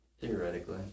theoretically